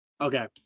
Okay